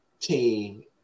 team